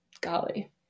golly